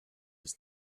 his